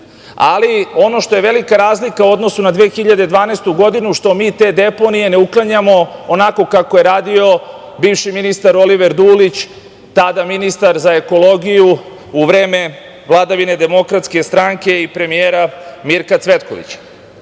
ono što je velika razlika u odnosu na 2012. godinu, što mi te deponije ne uklanjamo onako kao je radio bivši ministar, Oliver Dulić, tada ministra za ekologiju u vreme vladavine DS i premijera Mirka Cvetkovića.